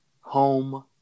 home